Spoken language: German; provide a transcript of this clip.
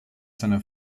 seiner